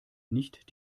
nicht